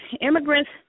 immigrants